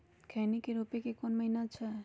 खैनी के रोप के कौन महीना अच्छा है?